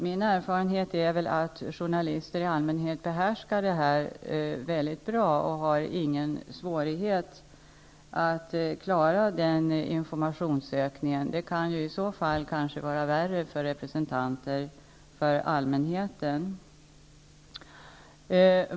Min erfarenhet är nog att journalister i allmänhet behärskar dessa saker väldigt väl och att de inte har några svårigheter att klara sådan här informationssökning. Värre är det kanske för dem som är representanter för allmänheten.